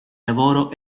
lavoro